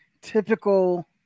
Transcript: typical